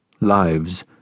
Lives